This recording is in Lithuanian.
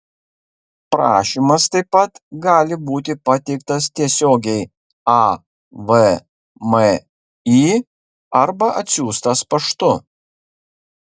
prašymas taip pat gali būti pateiktas tiesiogiai avmi arba atsiųstas paštu